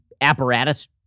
apparatus